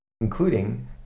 including